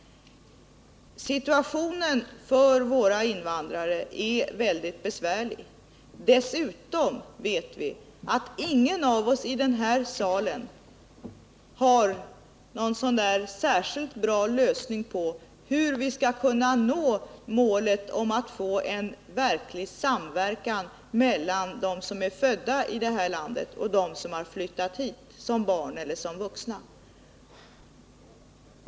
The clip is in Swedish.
Situationen för våra invandrare är väldigt besvärlig. Dessutom vet vi att ingen av oss i den här salen har någon särskilt bra lösning på hur vi skall kunna nå målet att få en verklig samverkan mellan dem som är födda i vårt land och dem som har flyttat hit som barn eller som vuxna.